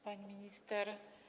Pani Minister!